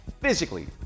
physically